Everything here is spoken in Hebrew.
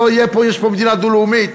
תהיה פה מדינה דו-לאומית,